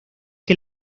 que